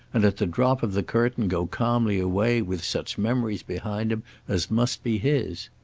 and at the drop of the curtain go calmly away, with such memories behind him as must be his.